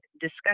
discussion